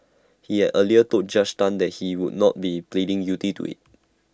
he had earlier told Judge Tan that he would not be pleading guilty to IT